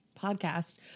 podcast